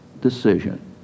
decision